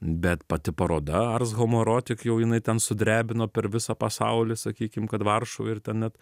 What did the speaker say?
bet pati paroda ars homo erotik jau jinai ten sudrebino per visą pasaulį sakykim kad varšuvą ir ten net